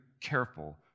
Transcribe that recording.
careful